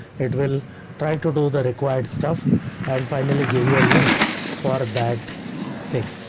it will try to do the required stuff and finally give you a link for that thing.